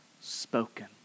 spoken